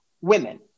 women